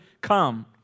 come